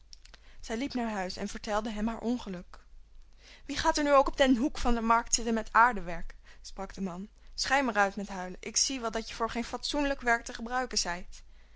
zij liep naar huis en vertelde hem haar ongeluk wie gaat nu ook op den hoek van de markt zitten met aardewerk sprak de man schei maar uit met huilen ik zie wel dat je voor geen fatsoenlijk werk te gebruiken zijt